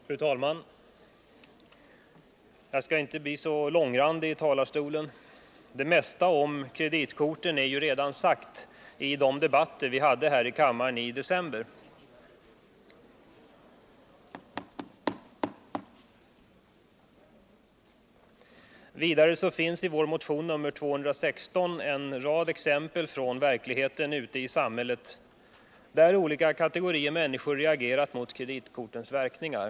Fru talman! Jag skall inte bli så långrandig här i talarstolen. Det mesta om kreditkorten blev sagt redan i de debatter vi hade här i kammaren i december. Vidare finns i vår motion nr 216 en rad exempel från verkligheten ute i samhället, där olika kategorier av människor reagerat mot kreditkortens verkningar.